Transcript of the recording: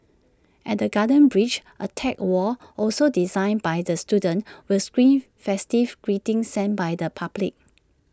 at the garden bridge A tech wall also designed by the students will screen festive greetings sent by the public